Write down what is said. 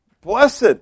Blessed